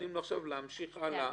נותנים לו להמשיך הלאה.